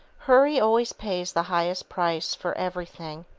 hurry always pays the highest price for everything,